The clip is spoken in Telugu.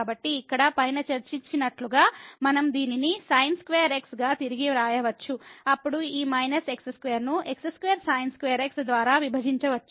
కాబట్టి ఇక్కడ పైన చర్చించినట్లుగా మనం దీనిని sin2x గా తిరిగి వ్రాయవచ్చు అప్పుడు ఈ −x2 ను x2sin2x ద్వారా విభజించవచ్చు